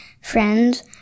friends